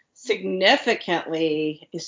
significantly